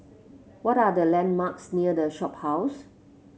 what are the landmarks near The Shophouse